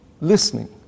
listening